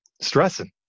stressing